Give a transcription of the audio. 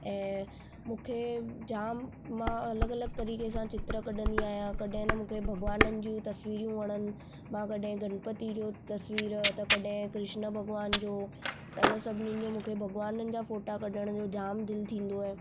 ऐं मूंखे जामु मां अलॻि अलॻि तरीक़े सां चित्र कढंदी आहियां कॾहिं न मूंखे भॻवान जूं तस्वीरूं वणनि मां कॾहिं गणपती जो तस्वीरु त कॾहिं कृष्न भॻवान जो त सभिनी जो मूंखे भॻवान जा फ़ोटा कढण जो जामु दिलि थींदो आहे